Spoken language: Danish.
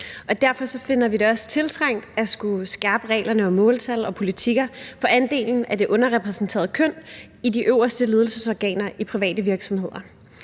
Derfor finder vi det også tiltrængt at skulle skærpe reglerne om måltal og politikker for andelen af det underrepræsenterede køn i de øverste ledelsesorganer i private virksomheder.